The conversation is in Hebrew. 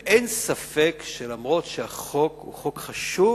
אין ספק שאף שהחוק הוא חוק חשוב,